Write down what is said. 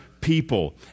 people